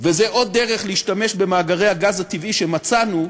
וזו עוד דרך להשתמש במאגרי הגז הטבעי שמצאנו,